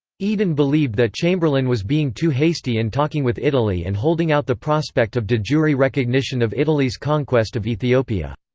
eden believed that chamberlain was being too hasty in talking with italy and holding out the prospect of de jure recognition of italy's conquest of ethiopia.